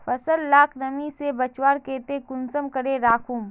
फसल लाक नमी से बचवार केते कुंसम करे राखुम?